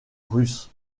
russes